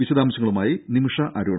വിശദാംശങ്ങളുമായി നിമിഷ അരുൺ